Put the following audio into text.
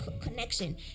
connection